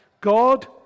God